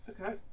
okay